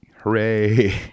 Hooray